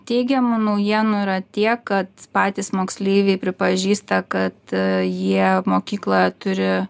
teigiamų naujienų yra tiek kad patys moksleiviai pripažįsta kad jie mokykloje turi